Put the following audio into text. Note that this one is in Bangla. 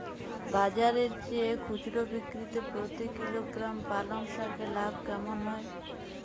বাজারের চেয়ে খুচরো বিক্রিতে প্রতি কিলোগ্রাম পালং শাকে লাভ কেমন হয়?